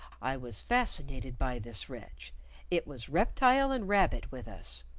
i was fascinated by this wretch it was reptile and rabbit with us.